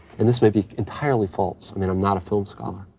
and this may be entirely false. i mean, i'm not a film scholar.